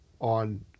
on